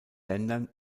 ländern